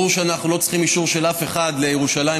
ברור שאנחנו לא צריכים אישור של אף אחד על ירושלים,